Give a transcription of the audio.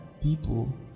people